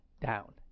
down